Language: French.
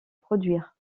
produire